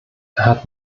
hat